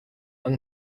yng